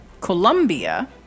Colombia